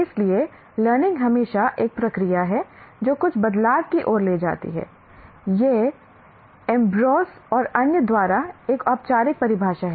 इसलिए लर्निंग हमेशा एक प्रक्रिया है जो कुछ बदलाव की ओर ले जाती है यह एम्ब्रोस और अन्य द्वारा एक औपचारिक परिभाषा है